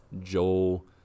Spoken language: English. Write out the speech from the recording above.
Joel